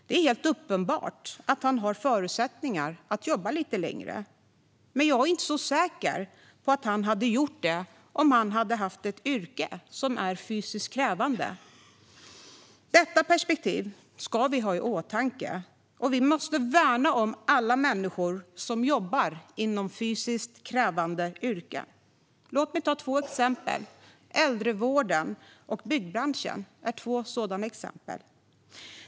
Det är helt uppenbart att han har förutsättningar att jobba lite längre, men jag är inte så säker på att han hade gjort det om han hade haft ett yrke som varit fysiskt krävande. Detta perspektiv ska vi ha i åtanke. Vi måste värna om alla människor som jobbar inom fysiskt krävande yrken. Äldrevården och byggbranschen är två sådana exempel.